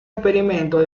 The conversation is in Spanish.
experimentos